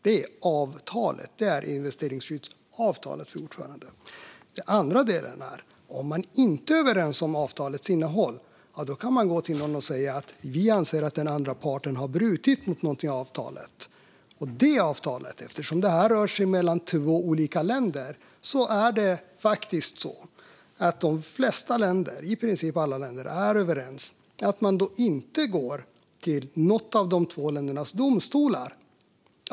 Den andra delen är att om man inte är överens om avtalets innehåll kan man säga att man anser att den andra parten har brutit mot något i avtalet. I det här fallet rör det sig om två olika länder, och båda är av förståeliga skäl överens om att man inte ska gå till något av de två ländernas domstolar.